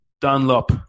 Dunlop